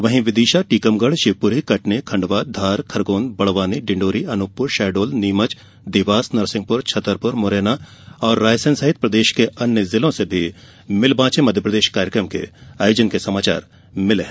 वहीं विदिशा टीकमगढ़ शिवपुरी कटनी खंडवा धार खरगोन बड़वानी डिंडौरी अनूपपुर शहडोल नीमच देवास नरसिंहपुर छतरपुर मुरैना और रायसेन सहित प्रदेश के अन्य जिलों से भी मिल बॉचे मध्यप्रदेश कार्यक्रम के आयोजन के समाचार मिलें हैं